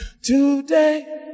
Today